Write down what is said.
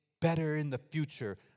better-in-the-future